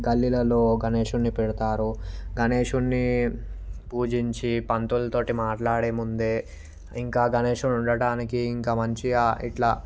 గల్లీలల్లో గణేషుణ్ణి పెడుతారు గణేషుణ్ణి పూజించీ పంతులుతో మాట్లాడే ముందే ఇంకా గణేషుడు ఉండటానికి ఇంకా మంచిగా ఇట్లా